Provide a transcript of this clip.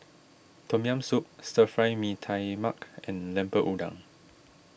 Tom Yam Soup Stir Fry Mee Tai Mak and Lemper Udang